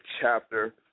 chapter